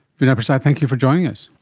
vinay prasad, thank you for joining us.